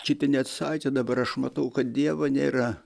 kiti net sakė dabar aš matau kad dievo nėra